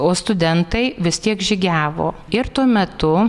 o studentai vis tiek žygiavo ir tuo metu